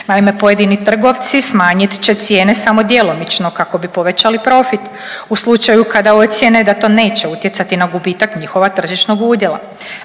Naime, pojedini trgovci smanjit će cijene samo djelomično kako bi povećali profit u slučaju kada ocijene da to neće utjecati na gubitak njihova tržišnog udjela.